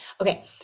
okay